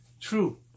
True